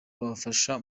babafasha